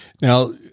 Now